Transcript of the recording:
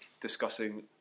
discussing